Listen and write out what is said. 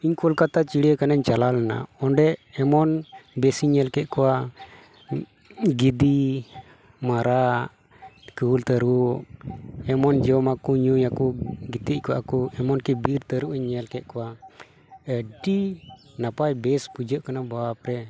ᱤᱧ ᱠᱳᱞᱠᱟᱛᱟ ᱪᱤᱲᱤᱭᱟᱠᱷᱟᱱᱟᱧ ᱪᱟᱞᱟᱣ ᱞᱮᱱᱟ ᱚᱸᱰᱮ ᱮᱢᱚᱱ ᱵᱮᱥᱤᱧ ᱧᱮᱞ ᱠᱮᱫ ᱠᱚᱣᱟ ᱜᱤᱫᱤ ᱢᱟᱨᱟᱜ ᱠᱩᱞ ᱛᱟᱹᱨᱩᱵ ᱮᱢᱚᱱ ᱡᱚᱢᱟᱠᱚ ᱧᱩᱭᱟᱠᱚ ᱜᱤᱛᱤᱡ ᱠᱚᱜᱼᱟ ᱠᱚ ᱮᱢᱚᱱ ᱠᱤ ᱵᱤᱨ ᱛᱟᱹᱨᱩᱵ ᱤᱧ ᱧᱮᱞ ᱠᱮᱫ ᱠᱚᱣᱟ ᱟᱹᱰᱤ ᱱᱟᱯᱟᱭ ᱵᱮᱥ ᱵᱩᱡᱷᱟᱹᱜ ᱠᱟᱱᱟ ᱵᱟᱯ ᱨᱮ